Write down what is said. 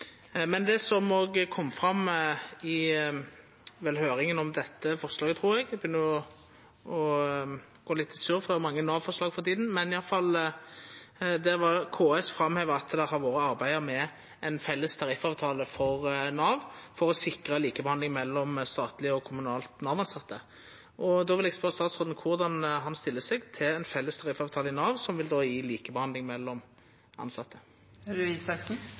Men det som vel også kom fram i høyringa om dette forslaget, trur eg – eg begynner å gå litt i surr, for det er mange Nav-forslag for tida – var at KS framheva at det har vore arbeidd med ein felles tariffavtale for Nav, for å sikra likebehandling mellom statlege og kommunale Nav-tilsette. Då vil eg spørja statsråden korleis han stiller seg til ein felles tariffavtale i Nav, som vil gje likebehandling mellom